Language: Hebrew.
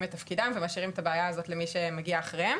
את התפקידים ומשאירים את הבעיה הזו למי שמגיע אחריהם,